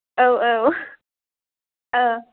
औ औ